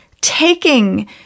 taking